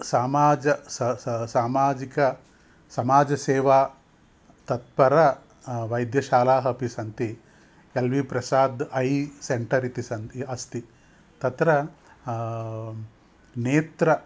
समाजः सः सः सामाजिका समाजसेवा तत्पराः वैद्यशालाः अपि सन्ति L V Prasad eye centre इति सन्ति अस्ति तत्र नेत्रं